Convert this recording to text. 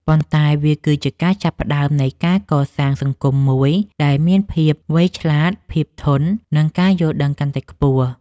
ប៉ុន្តែវាគឺជាការចាប់ផ្តើមនៃការកសាងសង្គមមួយដែលមានភាពវៃឆ្លាត ភាពធន់ និងការយល់ដឹងកាន់តែខ្ពស់។